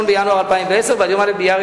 1 בינואר 2010, ועד יום א' באייר